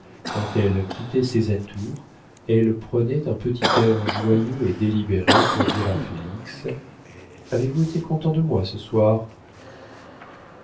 quand elle quittait ses atours elle prenait un petit air joyeux et délibéré pour dire à félix avez-vous été content de moi ce soir